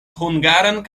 hungaran